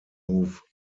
move